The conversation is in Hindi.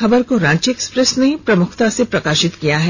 खबर को रांची एक्सप्रेस ने प्रमुखता से प्रकाशित किया है